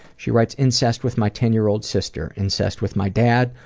she writes incest with my ten year old sister, incest with my dad,